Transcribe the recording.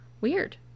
Weird